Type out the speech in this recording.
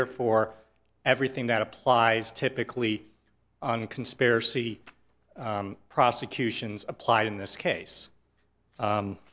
therefore everything that applies typically conspiracy prosecutions applied in this case